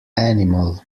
animal